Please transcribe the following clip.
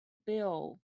bill